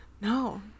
no